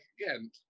again